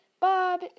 Bob